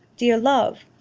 dear love,